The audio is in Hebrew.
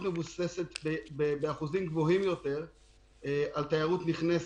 מבוססת בשיעור גבוה יותר על תיירות נכנסת,